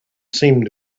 seemed